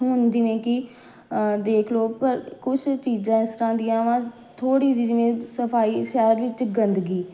ਹੁਣ ਜਿਵੇਂ ਕਿ ਦੇਖ ਲਓ ਕੁਛ ਚੀਜ਼ਾਂ ਇਸ ਤਰ੍ਹਾਂ ਦੀਆਂ ਵਾ ਥੋੜ੍ਹੀ ਜਿਹੀ ਜਿਵੇਂ ਸਫ਼ਾਈ ਸ਼ਹਿਰ ਵਿੱਚ ਗੰਦਗੀ